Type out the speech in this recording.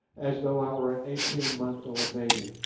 as though i were an eighteen-month-old baby.